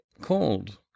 called